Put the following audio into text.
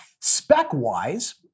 Spec-wise